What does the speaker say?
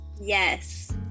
Yes